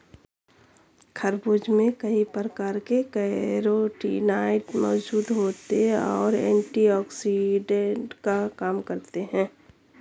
खरबूज में कई प्रकार के कैरोटीनॉयड मौजूद होते और एंटीऑक्सिडेंट का काम करते हैं